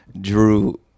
Drew